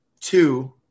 two